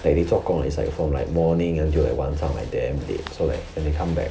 like they 做工 is like from like morning until like 晚上 like damn late so like when they come back